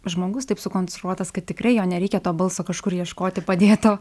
žmogus taip sukonstruotas kad tikrai jo nereikia to balso kažkur ieškoti padėto